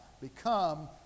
become